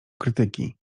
krytyki